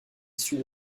issus